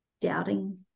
doubting